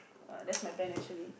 err that's my plan actually